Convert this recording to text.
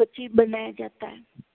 सचिव बनाया जाता है